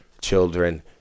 children